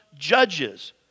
judges